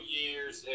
years